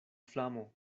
flamo